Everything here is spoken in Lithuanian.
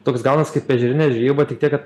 toks gaunas kaip ežerinė žvejyba tik tiek kad